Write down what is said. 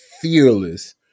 fearless